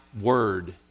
word